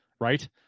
right